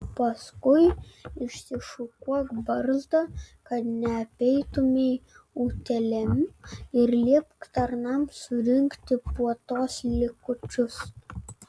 paskui išsišukuok barzdą kad neapeitumei utėlėm ir liepk tarnams surinkti puotos likučius